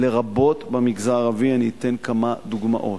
לרבות במגזר הערבי, ואני אתן כמה דוגמאות.